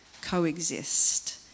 coexist